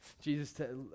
Jesus